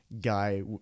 guy